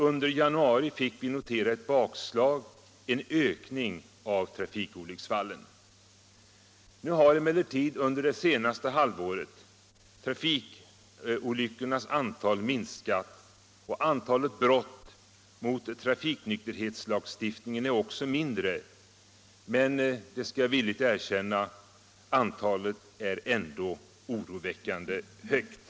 Under januari fick vi notera ett bakslag, en ökning av trafikolycksfallen. Nu har emellertid under det senaste halvåret trafikolyckornas antal minskat, och antalet brott mot trafiknykterhetslagstiftningen är också mindre. Men — det skall jag villigt erkänna — antalet är ändå oroväckande högt.